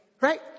right